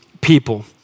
people